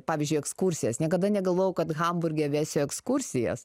pavyzdžiui ekskursijas niekada negalvojau kad hamburge vesiu ekskursijas